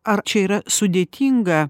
ar čia yra sudėtinga